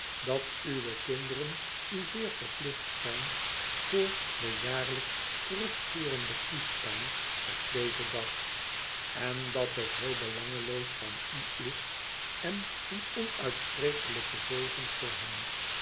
dat uwe kinderen u zeer verplicht zijn voor de jaarlijks terugkcerende kiespijn op dezen dag en dat het heel belangeloos van u is en een onuitsprekelijke zegen voor hen